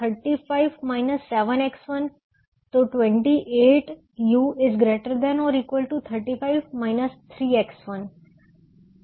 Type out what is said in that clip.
तो 28u ≥ 4X135 7X1 तो 28u ≥ 35 3X1